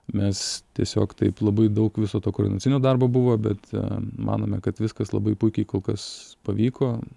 mes tiesiog taip labai daug viso to koordinacinio darbo buvo bet manome kad viskas labai puikiai kol kas pavyko